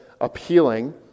appealing